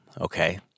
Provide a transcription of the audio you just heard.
Okay